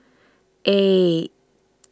eight